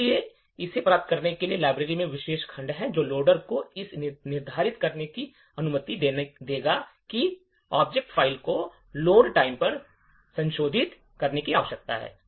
इसलिए इसे प्राप्त करने के लिए लाइब्रेरी में विशेष खंड है जो लोडर को यह निर्धारित करने की अनुमति देगा कि ऑब्जेक्ट फ़ाइल को लोड समय पर संशोधित करने की आवश्यकता है